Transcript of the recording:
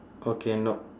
okay no